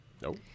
Nope